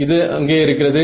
இது அங்கே இருக்கிறது